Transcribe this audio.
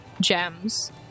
gems